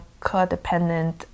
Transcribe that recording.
codependent